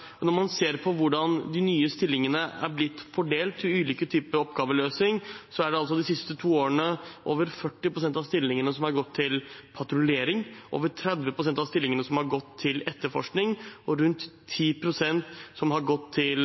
Når man ser på hvordan de nye stillingene er blitt fordelt til ulike typer oppgaveløsning de siste to årene, har over 40 pst. av stillingene gått til patruljering, over 30 pst. av stillingene har gått til etterforskning, og rundt 10 pst. har gått til